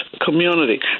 community